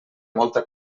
molta